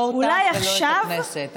לא אותך ולא את הכנסת.